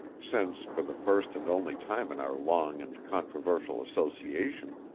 since, for the first and only time in our long and controversial association,